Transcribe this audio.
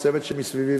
והצוות שמסביבי,